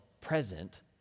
present